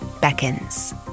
beckons